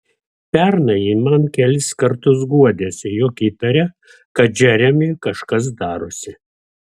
pernai ji man kelis kartus guodėsi jog įtaria kad džeremiui kažkas darosi